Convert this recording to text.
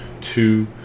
two